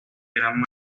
gran